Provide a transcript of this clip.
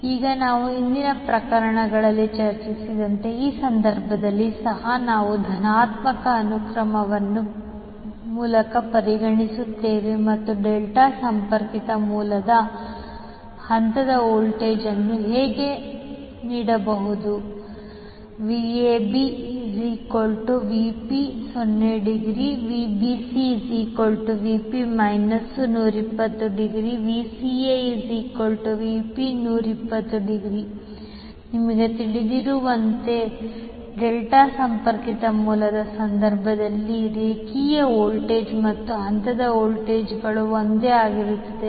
ಈಗ ನಾವು ಹಿಂದಿನ ಪ್ರಕರಣಗಳಲ್ಲಿ ಚರ್ಚಿಸಿದಂತೆ ಈ ಸಂದರ್ಭದಲ್ಲಿ ಸಹ ನಾವು ಧನಾತ್ಮಕ ಅನುಕ್ರಮವನ್ನು ಮೂಲಕ್ಕೆ ಪರಿಗಣಿಸುತ್ತೇವೆ ಮತ್ತು ಡೆಲ್ಟಾ ಸಂಪರ್ಕಿತ ಮೂಲದ ಹಂತದ ವೋಲ್ಟೇಜ್ ಅನ್ನು ಹೀಗೆ ನೀಡಬಹುದು VabVp∠0° VbcVp∠ 120° VcaVp∠120° ನಿಮಗೆ ತಿಳಿದಿರುವಂತೆ ಡೆಲ್ಟಾ ಸಂಪರ್ಕಿತ ಮೂಲದ ಸಂದರ್ಭದಲ್ಲಿ ರೇಖೆಯ ವೋಲ್ಟೇಜ್ ಮತ್ತು ಹಂತದ ವೋಲ್ಟೇಜ್ಗಳು ಒಂದೇ ಆಗಿರುತ್ತವೆ